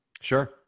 Sure